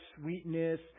sweetness